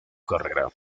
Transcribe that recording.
carrera